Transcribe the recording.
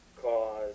cause